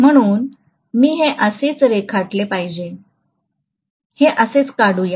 म्हणून मी हे असेच रेखाटले पाहिजे हे असेच काढू या